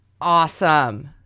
Awesome